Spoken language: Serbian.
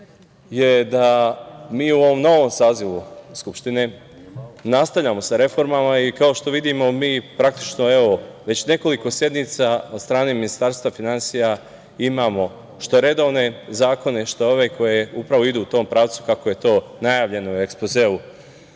je da mi u ovom novom sazivu Skupštine nastavljamo sa reformama i kao što vidimo mi praktično već nekoliko sednica, od strane Ministarstva finansija imamo što redovne zakone, što ove koje upravo idu u tom pravcu, kako je to najavljeno u ekspozeu